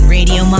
Radio